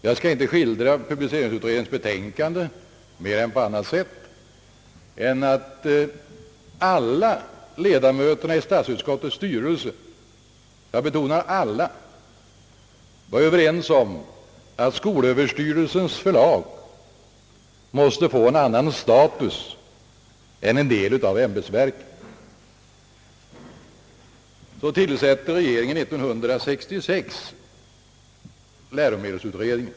Jag skall inte skildra publiceringsutredningens betänkande på annat sätt än att jag vill framhålla att alla ledamöter — jag betonar alla — i statskontorets styrelse var överens om att skolöverstyrelsens förlag måste få en annan status än en del av ämbetsverken, Så tillsätter regeringen år 1966 läromedelsutredningen.